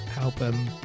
album